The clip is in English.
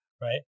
right